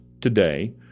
today